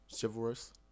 chivalrous